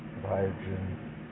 hydrogen